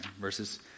verses